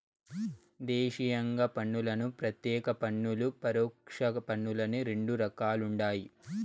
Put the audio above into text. దేశీయంగా పన్నులను ప్రత్యేక పన్నులు, పరోక్ష పన్నులని రెండు రకాలుండాయి